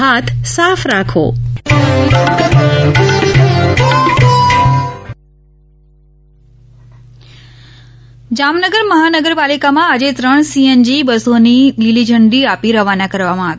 બસો જામનગર જામનગર મહાનગરપાલિકામાં આજે ત્રણ સીએનજી બસોને લીલી ઝંડી આપી રવાના કરવામાં આવી